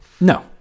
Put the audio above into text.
No